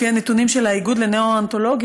לפי הנתונים של האיגוד לניאונטולוגיה,